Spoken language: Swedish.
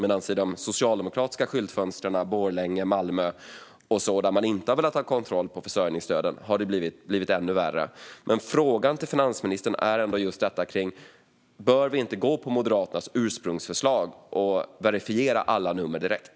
Men i de socialdemokratiska skyltfönstren, till exempel Borlänge och Malmö, där man inte har velat ha kontroll över försörjningsstöden har det blivit ännu värre. Frågan till finansministern är: Bör vi inte gå på Moderaternas ursprungsförslag och verifiera alla nummer direkt?